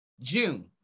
June